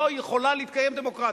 לא יכולה להתקיים דמוקרטיה.